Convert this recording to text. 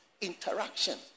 interaction